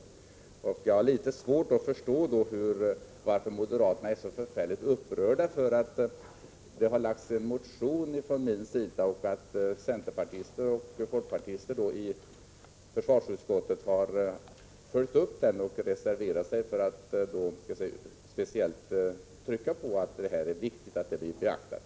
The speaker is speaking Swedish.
Jag har litet svårt att förstå varför moderaterna är så upprörda över att det har lagts en motion från min sida och att centerpartisterna och folkpartisterna i försvarsutskottet följt upp den och reserverat sig för att speciellt trycka på att det är viktigt att den här synpunkten blir beaktad.